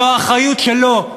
זו האחריות שלו,